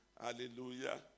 Hallelujah